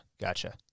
gotcha